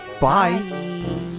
bye